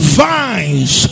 vines